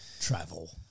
Travel